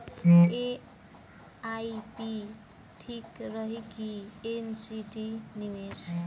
SIP ठीक रही कि एन.सी.डी निवेश?